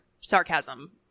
sarcasm